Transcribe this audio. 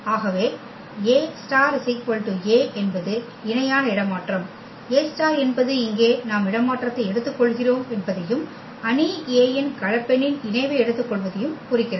ஆகவே A∗ A என்பது இணையான இடமாற்றம் A∗ என்பது இங்கே நாம் இடமாற்றத்தை எடுத்துக்கொள்கிறோம் என்பதையும் அணி A இன் கலப்பெண்ணின் இணைவை எடுத்துக்கொள்வதையும் குறிக்கிறது